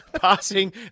passing